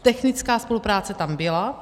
Technická spolupráce tam byla.